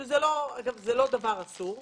שזה לא דבר אסור,